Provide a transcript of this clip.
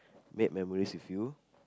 make memories with you